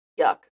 Yuck